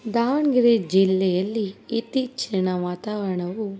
ದಾವಣಗೆರೆ ಜಿಲ್ಲೆಯಲ್ಲಿ ಇತ್ತೀಚಿನ ವಾತಾವರಣವು